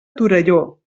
torelló